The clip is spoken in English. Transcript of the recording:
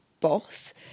boss